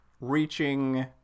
reaching